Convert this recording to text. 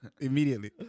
immediately